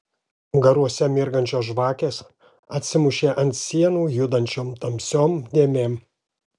garuose mirgančios žvakės atsimušė ant sienų judančiom tamsiom dėmėm